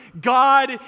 God